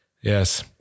Yes